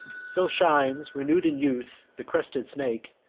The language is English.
so shines, renew'd in youth, the crested snake,